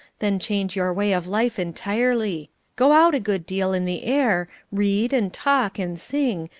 then change your way of life entirely go out a good deal in the air, read, and talk, and sing,